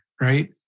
right